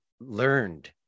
learned